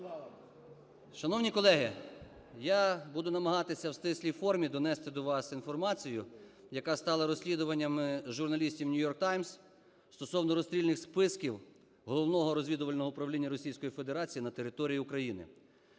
Шановні колеги, я буду намагатися в стислій формі донести до вас інформацію, яка стала розслідуванням журналістів "Нью-Йорк Таймс" стосовно розстрільних списків Головного розвідувального управління Російської Федерації на території України